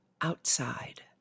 outside